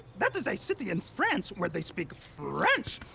that is a city in france where they speak french.